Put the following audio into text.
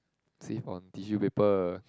save on tissue paper